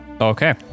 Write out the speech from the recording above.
Okay